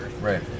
right